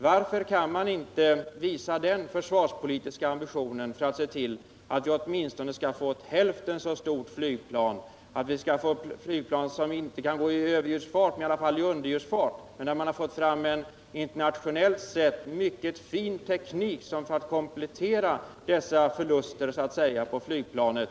Varför kan man inte visa den försvarspolitiska ambitionen att se till att vi åtminstone skall få ett hälften så stort flygplan — ett flygplan som inte kan gå i överljudsfart men i alla fall i underljudsfart? Vi har dock fått fram en internationellt sett mycket fin teknik som kan komplettera så att säga dessa förluster på flygplanet.